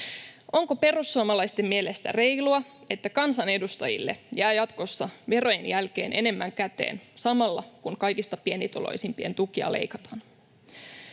Onko perussuomalaisten mielestä reilua, että kansanedustajille jää jatkossa verojen jälkeen enemmän käteen samalla kun kaikista pienituloisimpien tukia leikataan?